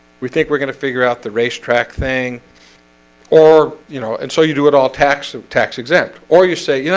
we think we're gonna figure out the race track thing or you know and so you do it all taxes of tax exempt or you say, you know